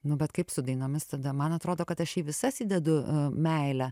nu bet kaip su dainomis tada man atrodo kad aš į visas įdedu meilę